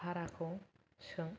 भाराखौ सों